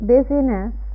Busyness